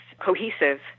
cohesive